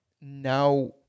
now